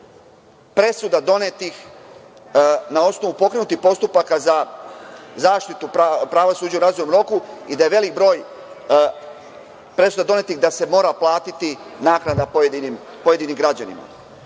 presuda donetih na osnovu pokrenutih postupaka za zaštitu pravosuđa u razumnom roku i da je veliki broj presuda donetih da se mora vratiti naknada pojedinim građanima. Mislim